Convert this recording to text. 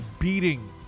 beating